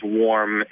warm